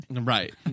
Right